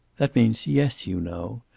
that means yes, you know.